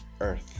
earth